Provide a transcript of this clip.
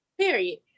period